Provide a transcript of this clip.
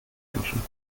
wünschen